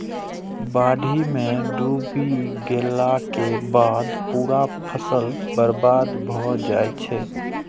बाढ़ि मे डूबि गेलाक बाद पूरा फसल बर्बाद भए जाइ छै